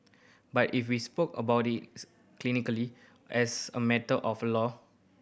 but if we spoke about it clinically as a matter of law